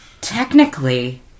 technically